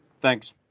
Thanks